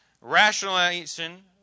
rationalization